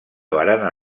barana